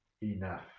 Enough